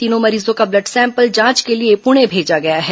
तीनों मरीजों का ब्लड सैंपल जांच के लिए पुणे भेजा गया है